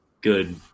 good